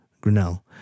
Grinnell